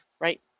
right